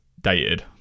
dated